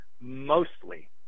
mostly